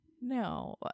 No